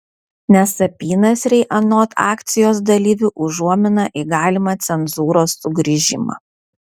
nes apynasriai anot akcijos dalyvių užuomina į galimą cenzūros sugrįžimą